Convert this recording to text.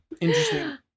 Interesting